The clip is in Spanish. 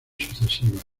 sucesivas